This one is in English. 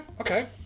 okay